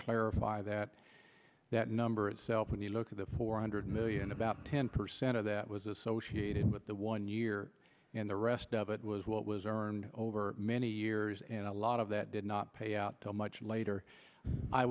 clarify that that number itself when you look at the four hundred million about ten percent of that was associated the one year and the rest of it was what was earned over many years and a lot of that did not pay out till much later i